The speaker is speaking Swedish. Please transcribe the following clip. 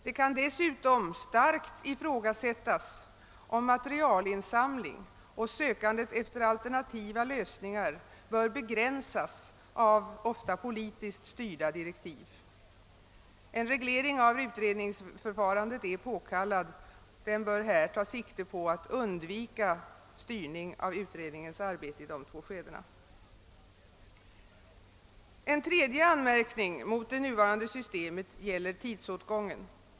Det kan dessutom starkt ifrågasättas, om materialinsamling och sökandet efter alternativa lösningar bör begränsas av ofta politiskt styrda direktiv. En reglering av utredningsförfarandet är påkallad; den bör här ta sikte på att undvika styrning av utredningens arbete i dessa två skeden. En tredje anmärkning mot det nuvarande systemet gäller tidsåtgången.